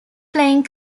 playing